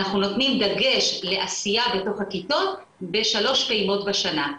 אנחנו נותנים דגש לעשייה בתוך הכיתות ב-3 פעימות בשנה,